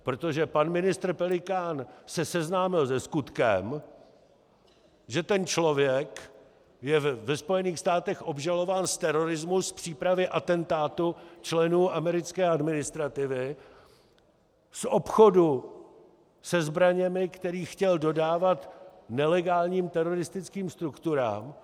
Protože pan ministr Pelikán se seznámil se skutkem, že ten člověk je ve Spojených státech obžalován z terorismu, z přípravy atentátu členů americké administrativy, z obchodu se zbraněmi, které chtěl dodávat nelegálním teroristickým strukturám.